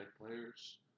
players